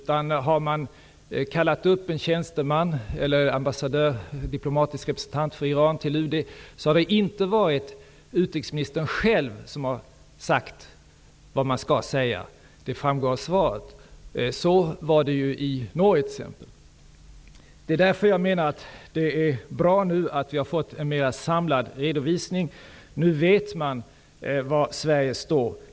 Man har kallat upp en diplomatisk representant för Iran till UD, men då har det inte varit utrikesministern själv som har sagt det som skall sägas -- det framgår av svaret -- till skillnad från hur det har gått till i t.ex. Norge. Det är därför bra att vi har fått en mer samlad redovisning. Man vet nu var Sverige står.